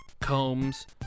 combs